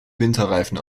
winterreifen